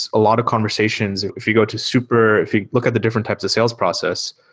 a lot of conversations, if you go to super if you look at the different types of sales process,